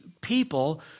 people